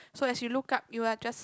so as you look up you are just